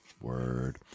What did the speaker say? word